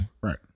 Right